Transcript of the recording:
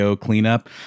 Cleanup